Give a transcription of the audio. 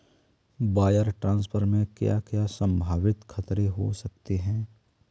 Wire transfer में क्या क्या संभावित खतरे हो सकते हैं?